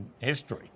history